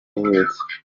yavutse